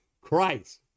Christ